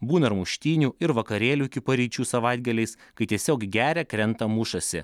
būna ir muštynių ir vakarėlių iki paryčių savaitgaliais kai tiesiog geria krenta mušasi